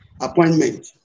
appointment